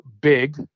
big